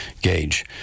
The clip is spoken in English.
gauge